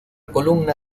columna